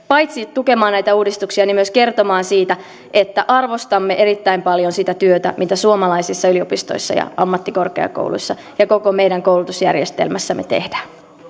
paitsi tukemaan näitä uudistuksia myös kertomaan siitä että arvostamme erittäin paljon sitä työtä mitä suomalaisissa yliopistoissa ja ammattikorkeakouluissa ja koko meidän koulutusjärjestelmässämme tehdään